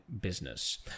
business